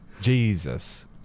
jesus